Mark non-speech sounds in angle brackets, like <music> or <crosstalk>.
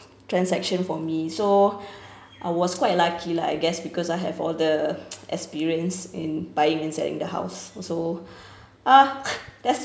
transaction for me so I was quite lucky lah I guess because I have all the <noise> experience in buying and selling the house so ah that's